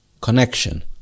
connection